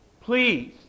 Please